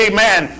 Amen